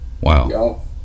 Wow